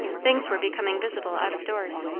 things were becoming visible out of doors.